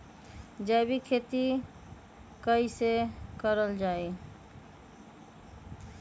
जैविक खेती कई से करल जाले?